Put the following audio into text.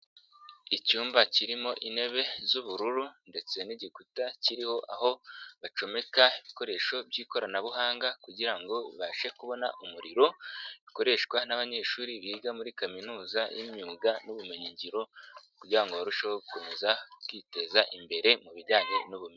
Icyumba kirimo intebe z'ubururu ndetse n'igikuta kiriho aho bacomeka ibikoresho by'ikoranabuhanga kugira ngo babashe kubona umuriro bikoreshwa n'abanyeshuri biga muri kaminuza y'imyuga n'ubumenyi ngiro kugira ngo barusheho gukomeza kwiteza imbere mu bijyanye n'ubumenyi.